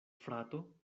frato